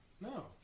No